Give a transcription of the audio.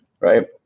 right